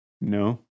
no